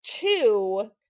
two